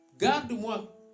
garde-moi